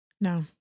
No